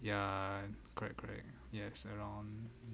ya correct correct yes around